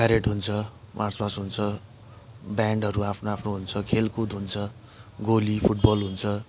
parade हुन्छ march past हुन्छ बेन्डहरू हुन्छ आफ्नो आफ्नो खेलकुद हुन्छ गोली फुटबल हुन्छ